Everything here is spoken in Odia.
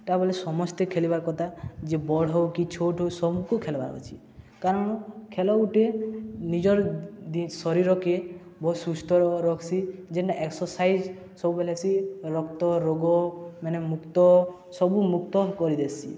ତା ବଲେ ସମସ୍ତେ ଖେଲିବାର୍ କଥା ଯେ ବଡ଼୍ ହଉ କି ଛୋଟ୍ ହଉ ସବୁକୁ ଖେଲିବାର୍ ଅଛି କାରଣ ଖେଲ ଗୁଟେ ନିଜର ଶରୀରକେ ବହୁତ ସୁସ୍ଥ ରଖ୍ସି ଯେନ୍ନ ଏକ୍ସର୍ସାଇଜ ସବୁବେଲେସି ରକ୍ତ ରୋଗ ମାନେ ମୁକ୍ତ ସବୁ ମୁକ୍ତ କରିଦେସି